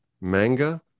manga